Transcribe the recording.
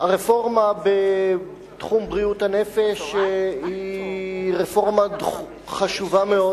הרפורמה בתחום בריאות הנפש היא רפורמה חשובה מאוד,